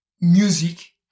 music